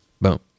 boom